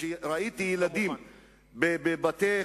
כשראיתי ילדים בבתי-חולים,